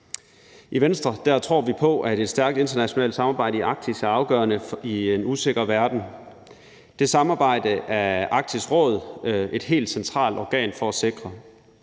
I Venstre tror vi på, at et stærkt internationalt samarbejde i Arktis er afgørende i en usikker verden. Det samarbejde er Arktisk Råd et helt centralt organ for at sikre.